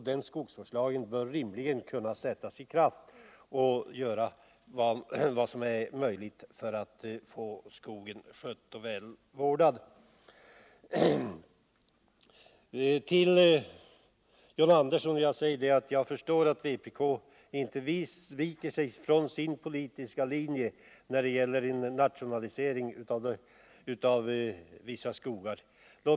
Denna skogsvårdslag bör rimligen kunna sättas i kraft och åstadkomma vad som är möjligt för att skogen skall bli skött och väl vårdad. Till John Andersson vill jag säga att jag förstår att vpk inte viker från sin politiska linje när det gäller nationalisering av vissa skogar.